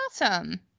awesome